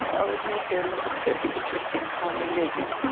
i'll admit they're not very interesting common names.